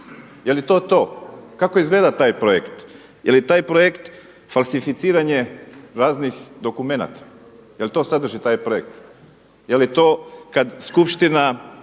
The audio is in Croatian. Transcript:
Je li to to? Kako izgleda taj projekt? Je li taj projekt falsificiranje raznih dokumenata? Jel' to sadrži taj projekt? Je li to kad skupština